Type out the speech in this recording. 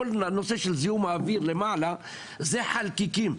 כל הנושא של זיהום האוויר למעלה זה חלקיקים,